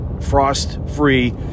frost-free